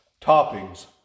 Toppings